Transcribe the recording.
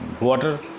water